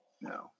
No